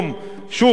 שוב היום,